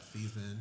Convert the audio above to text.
season